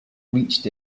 reached